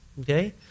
okay